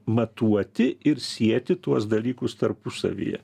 matuoti ir sieti tuos dalykus tarpusavyje